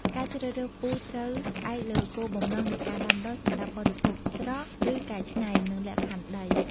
ការជ្រើសរើសពូជត្រូវផ្អែកលើគោលបំណងនៃការដាំដុះ (សម្រាប់បរិភោគស្រស់ ឬកែច្នៃ) និងលក្ខខណ្ឌដី។